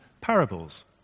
parables